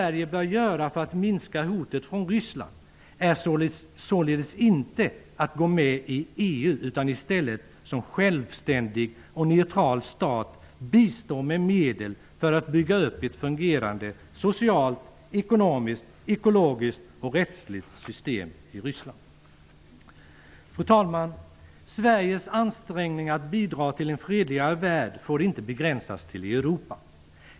Ryssland är således inte att gå med i EU, utan i stället som självständig och neutral stat bistå med medel för att bygga upp ett fungerande socialt, ekonomiskt, ekologiskt och rättsligt system i Fru talman! Sveriges ansträngningar för att bidra till en fredligare värld får inte begränsas enbart till Europa.